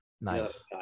Nice